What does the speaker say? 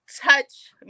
Touch